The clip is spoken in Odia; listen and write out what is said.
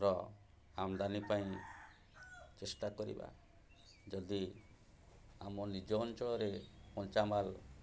ର ଆମଦାନୀ ପାଇଁ ଚେଷ୍ଟା କରିବା ଯଦି ଆମ ନିଜ ଅଞ୍ଚଳରେ କଞ୍ଚାମାଲ୍